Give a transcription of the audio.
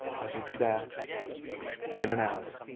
i will be back in an hour.